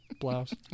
blouse